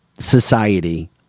society